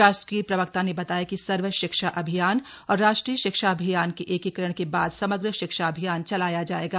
शासकीय प्रवक्ता ने बताया कि सर्वशिक्षा अभियान और राष्ट्रीय शिक्षा अभियान के एकीकरण के बाद समग्र शिक्षा अभियान चलाया जाएगा